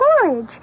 porridge